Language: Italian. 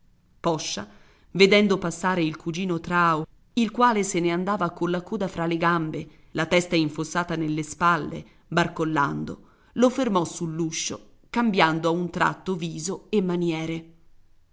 poscia vedendo passare il cugino trao il quale se ne andava colla coda fra le gambe la testa infossata nelle spalle barcollando lo fermò sull'uscio cambiando a un tratto viso e maniere